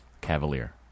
Cavalier